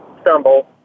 stumble